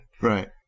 Right